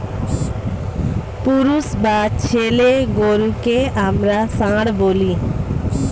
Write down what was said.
পুরুষ বা ছেলে গরুকে আমরা ষাঁড় বলি